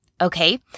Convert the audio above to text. Okay